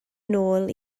nôl